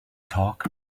talk